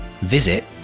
visit